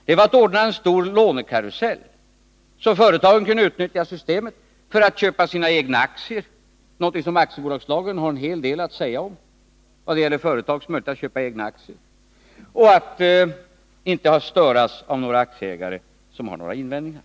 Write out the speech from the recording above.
Det var att ordna en stor lånekarusell, så att företagen kunde utnyttja systemet för att köpa sina egna aktier — något som aktiebolagslagen har en hel del att säga om — och att inte störas av aktieägare som har några invändningar.